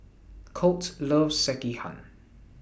Colt loves Sekihan